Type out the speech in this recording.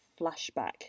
flashback